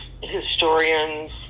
historians